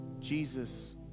Jesus